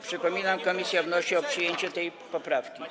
Przypominam, że komisja wnosi o przyjęcie tej poprawki.